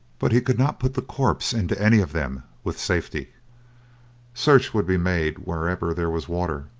but he could not put the corpse into any of them with safety search would be made wherever there was water,